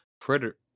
predator